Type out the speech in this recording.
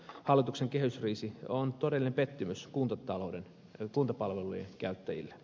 hallituksen kehysriihi on todellinen pettymys kuntapalvelujen käyttäjille